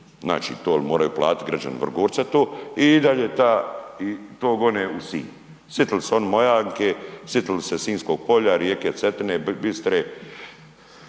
znači to moraju platiti građani Vrgorca i to i dalje to gone u Sinj. Sjetili se Mojanke, sjetili se Sinjskg polja, rijeke Cetine, biste